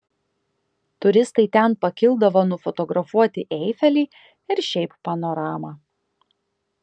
turistai ten pakildavo nufotografuoti eifelį ir šiaip panoramą